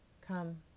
Come